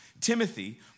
Timothy